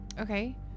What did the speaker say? okay